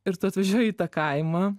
ir tu atvažiuoji į tą kaimą